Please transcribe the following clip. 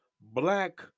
black